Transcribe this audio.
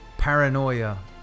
paranoia